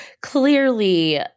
clearly